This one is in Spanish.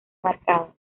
marcadas